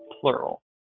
plural